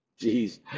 Jeez